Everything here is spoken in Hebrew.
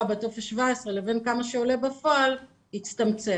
בטופס 17 לבין כמה שעולה בפועל יצטמצם.